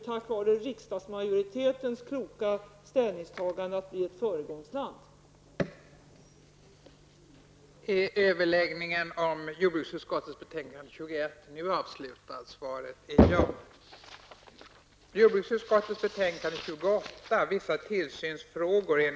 Tack vare riksdagsmajoritetens kloka ställningstagande kommer Sverige att bli ett föregångsland på det här området.